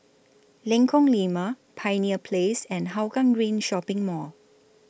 Lengkong Lima Pioneer Place and Hougang Green Shopping Mall